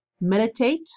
meditate